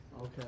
Okay